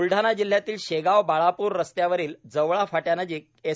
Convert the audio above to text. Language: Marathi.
बुलडाणा जिल्हयातील शेगाव बाळापूर रस्त्यावरील जवळा फाट्यानजीक एस